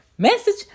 Message